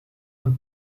and